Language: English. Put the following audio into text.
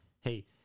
hey